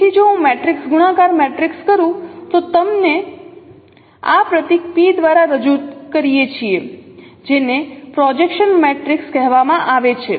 તેથી જો હું મેટ્રિક્સ ગુણાકાર મેટ્રિક્સ કરું તો તમને આ પ્રતીક P દ્વારા રજૂ કરીએ છીએ જેને પ્રોજેક્શન મેટ્રિક્સ કહેવામાં આવે છે